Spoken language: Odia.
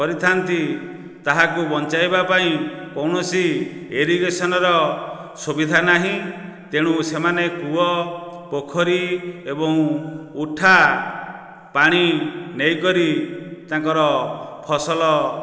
କରିଥାନ୍ତି ତାହାକୁ ବଞ୍ଚାଇବା ପାଇଁ କୌଣସି ଏରିଗେସନ୍ର ସୁବିଧା ନାହିଁ ତେଣୁ ସେମାନେ କୂଅ ପୋଖରୀ ଏବଂ ଉଠା ପାଣି ନେଇ କରି ତାଙ୍କର ଫସଲ